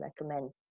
recommend